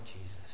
Jesus